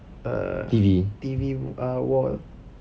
err T_V w~ uh wall